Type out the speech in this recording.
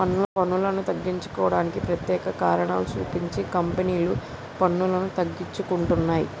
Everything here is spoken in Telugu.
పన్నులను తగ్గించుకోవడానికి ప్రత్యేక కారణాలు సూపించి కంపెనీలు పన్నులను తగ్గించుకుంటున్నయ్